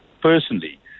personally